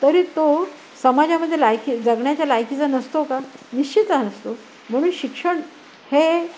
तरी तो समाजामध्ये लायकी जगण्याच्या लायकीचा नसतो का निश्चितच असतो म्हणून शिक्षण हे